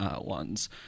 ones